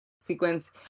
sequence